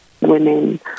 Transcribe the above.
women